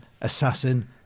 assassin